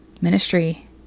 ministry